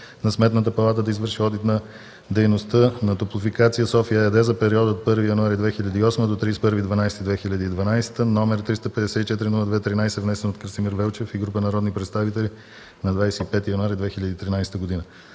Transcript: на Сметната палата да извърши Одит на дейността на „Топлофикация София" ЕАД за периода от 1 януари 2008 г. до 31 декември 2012 г., № 354-02-13, внесен от Красимир Велчев и група народни представители на 25 януари 2013 г.